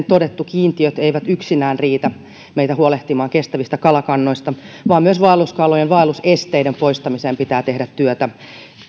todettu kiintiöt eivät yksinään riitä meillä kestävistä kalakannoista huolehtimiseen vaan myös vaelluskalojen vaellusesteiden poistamiseksi pitää tehdä työtä